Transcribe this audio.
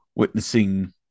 witnessing